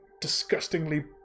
disgustingly